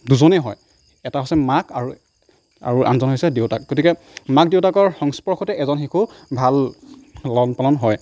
দুজনেই হয় এটা হৈছে মাক আৰু আৰু আনজন হৈছে দেউতাক গতিকে মাক দেউতাকৰ সংস্পৰ্শতে এজন শিশু ভাল লালন পালন হয়